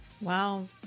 Wow